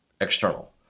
External